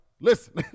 Listen